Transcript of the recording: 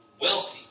wealthy